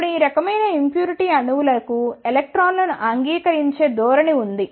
ఇప్పుడు ఈ రకమైన ఇంప్యూరిటీ అణువులకు ఎలక్ట్రాన్లను అంగీకరించే ధోరణి ఉంది